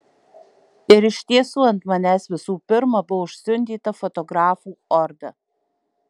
ir iš tiesų ant manęs visų pirma buvo užsiundyta fotografų orda